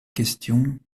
question